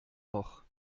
noch